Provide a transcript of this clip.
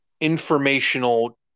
informational